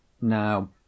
now